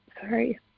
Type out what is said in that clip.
Sorry